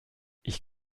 ich